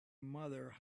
mother